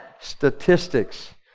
statistics